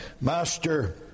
Master